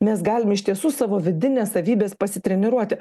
mes galim iš tiesų savo vidines savybes pasitreniruoti